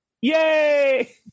yay